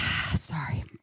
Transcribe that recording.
Sorry